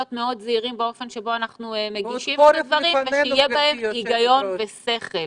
מאוד זהירים באופן שבו אנחנו מגישים את הדברים ושיהיה בהם היגיון ושכל.